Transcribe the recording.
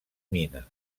mina